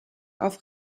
auf